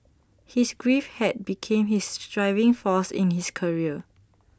his grief had became his driving force in his career